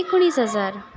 एकुणीस हजार